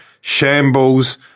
shambles